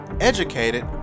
educated